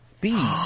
bees